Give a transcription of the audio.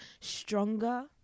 stronger